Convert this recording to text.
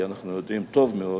כי אנחנו יודעים טוב מאוד